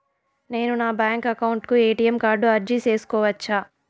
నేను నా bank account కు ఎ.టి.ఎం కార్డు అర్జీ సేసుకోవచ్చా?